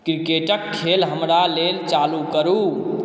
किरकेटके खेल हमरा लेल चालू करू